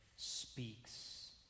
Speaks